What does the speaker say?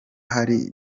hari